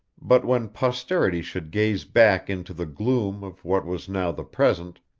but when posterity should gaze back into the gloom of what was now the present,